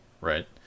right